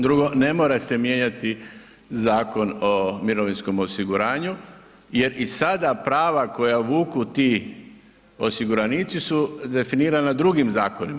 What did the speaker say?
Drugo, ne mora se mijenjati Zakon o mirovinskom osiguranju jer i sada prava koja vuku ti osiguranici su definirana drugim zakonima.